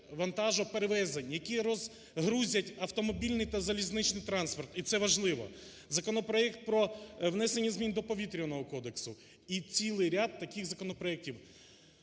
вантажоперевезень, які розгрузять автомобільний та залізничний транспорт і це важливо. Законопроект про внесення змін до Повітряного кодексу і цілий ряд таких законопроектів.